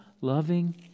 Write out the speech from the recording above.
loving